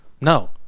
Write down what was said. No